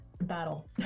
battle